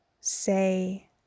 say